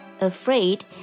afraid